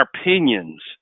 opinions